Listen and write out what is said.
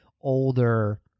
older